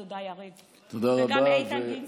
תודה, יריב, וגם איתן גינזבורג.